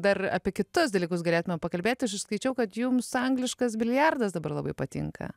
dar apie kitus dalykus galėtume pakalbėti aš išskaičiau kad jums angliškas biliardas dabar labai patinka